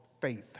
faith